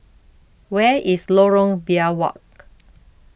where is Lorong Biawak